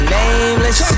nameless